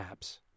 apps